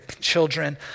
children